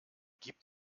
gib